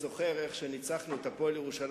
אני זוכר איך ניצחנו את "הפועל ירושלים"